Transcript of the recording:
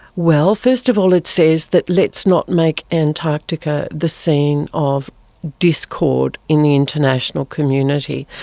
well, first of all it says that let's not make antarctica the scene of discord in the international community.